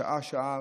שעה-שעה,